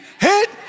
hit